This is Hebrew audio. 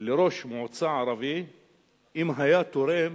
לראש מועצה ערבי אם היה תורם